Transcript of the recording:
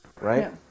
right